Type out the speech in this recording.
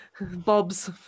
Bob's